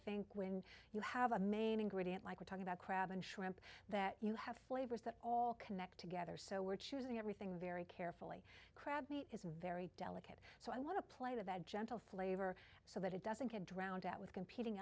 think when you have a main ingredient like we're talking about crab and shrimp that you have flavors that all connect together so we're choosing everything very carefully crab meat is very delicate so i want to play that gentle flavor so that it doesn't get drowned out with competing